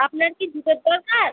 আপনার কি জুতোর দরকার